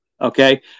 Okay